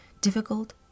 difficult